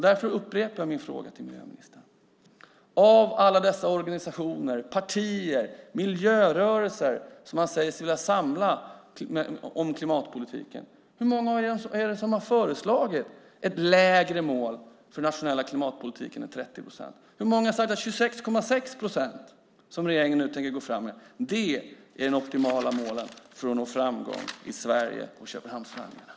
Därför upprepar jag min fråga till miljöministern: Hur många av alla de organisationer, partier och miljörörelser som man säger sig vilja samla kring klimatpolitiken har föreslagit ett lägre mål för den nationella klimatpolitiken än 30 procent och hur många har sagt 26 procent, som ju regeringen nu tänker gå fram med? Det är de optimala målen för att nå framgång i Sverige och i Köpenhamnsförhandlingarna!